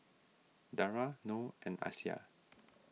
Dara Noh and Aisyah